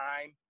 time